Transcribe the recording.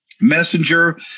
Messenger